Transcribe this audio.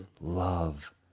love